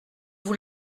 vous